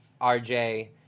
RJ